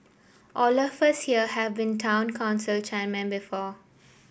all of us here have been Town Council chairmen before